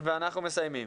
ואנחנו מסיימים.